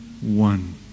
one